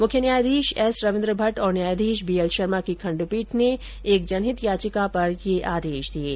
मुख्य न्यायाधीश एस रविन्द्र भट्ट और न्यायाधीश बी एल शर्मा की खण्डपीठ ने एक जनहित याचिका पर यह आदेश दिये है